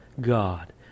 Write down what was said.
God